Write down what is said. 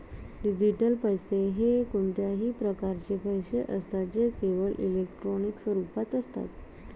digital पैसे हे कोणत्याही प्रकारचे पैसे असतात जे केवळ इलेक्ट्रॉनिक स्वरूपात असतात